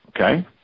okay